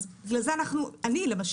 אז אני למשל,